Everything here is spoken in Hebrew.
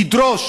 תדרוש